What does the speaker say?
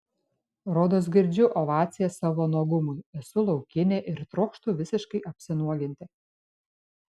rodos girdžiu ovacijas savo nuogumui esu laukinė ir trokštu visiškai apsinuoginti